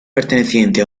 perteneciente